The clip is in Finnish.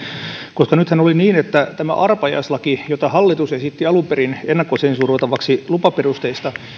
koska nythän oli niin että mitä tulee tähän arpajaislakiin jota hallitus esitti alun perin ennakkosensuroitavaksi lupaperusteista